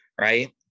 right